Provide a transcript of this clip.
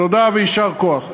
תודה, ויישר כוח.